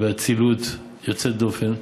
באצילות יוצאת דופן.